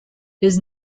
his